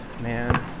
Man